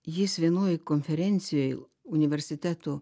jis vienoj konferencijoj universitetų